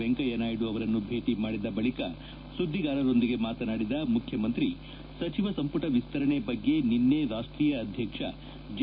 ವೆಂಕಯ್ಯ ನಾಯ್ದು ಅವರನ್ನು ಭೇಟಿ ಮಾಡಿದ ಬಳಿಕ ಸುದ್ದಿಗಾರರೊಂದಿಗೆ ಮಾತನಾಡಿದ ಮುಖ್ಯಮಂತ್ರಿ ಸಚಿವ ಸಂಪುಟ ವಿಸ್ತರಣೆ ಬಗ್ಗೆ ನಿನ್ನೆ ರಾಷ್ಟೀಯ ಅಧ್ಯಕ್ಷ ಜೆ